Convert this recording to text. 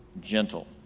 gentle